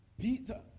Peter